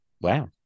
wow